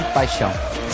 paixão